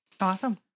Awesome